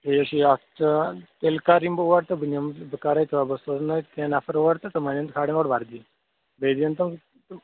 ٹھیٖک چھُ تیٚلہِ کر یِمہٕ بہٕ اور تہٕ بہٕ کرٕ کٲم بہٕ سوزٕ کیٚنٛہہ نفر اور تہٕ تِم انن کھالن اورٕ وَردی بیٚیہِ یِن تِم